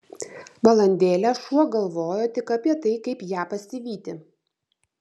valandėlę šuo galvojo tik apie tai kaip ją pasivyti